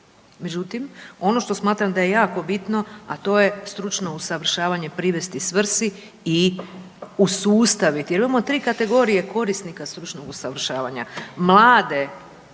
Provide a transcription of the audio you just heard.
Međutim, ono što smatram da je jako bitno, a to je stručno usavršavanje privesti svrsi i usustaviti jer imamo tri kategorije korisnika stručnog usavršavanja.